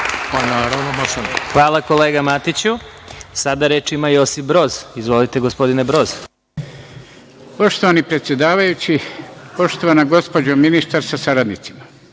Hvala, kolega Matiću. Sada reč ima Josip Broz. Izvolite, gospodine Broz. **Josip Broz** Poštovani predsedavajući, poštovana gospođo ministar sa saradnicima,